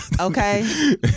Okay